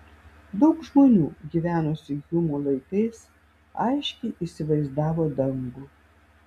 daug žmonių gyvenusių hjumo laikais aiškiai įsivaizdavo dangų